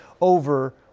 over